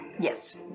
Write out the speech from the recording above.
Yes